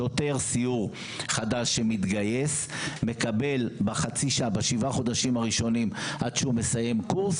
שוטר סיור חדש שמתגייס מקבל בשבעה חודשים הראשונים עד שהוא מסיים קורס,